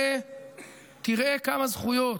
תראה כמה זכויות.